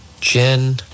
Jen